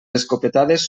escopetades